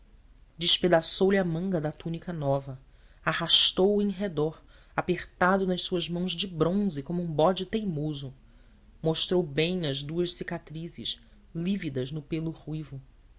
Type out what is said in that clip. a manga da túnica nova arrastou o em redor apertado nas suas mãos de bronze como um bode teimoso mostrou bem as duas cicatrizes lívidas no pêlo ruivo